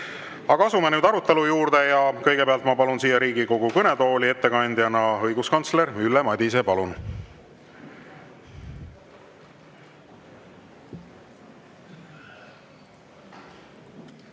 Aga asume nüüd arutelu juurde. Kõigepealt palun ma siia Riigikogu kõnetooli ettekandeks õiguskantsler Ülle Madise. Palun!